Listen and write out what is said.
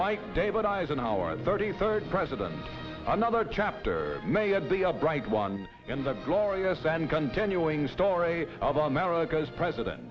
like david eisenhower thirty third president another chapter may be a bright one in the glorious and continuing story of america's president